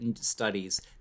studies